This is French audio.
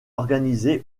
organisé